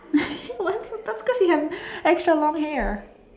one stuff cause you have extra long hair